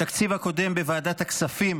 בתקציב הקודם בוועדת הכספים